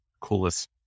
Coolest